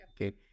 Okay